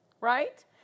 right